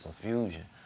confusion